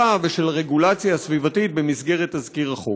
ושל הרגולציה הסביבתית במסגרת תזכיר החוק?